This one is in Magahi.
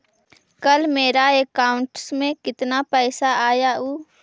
कल मेरा अकाउंटस में कितना पैसा आया ऊ?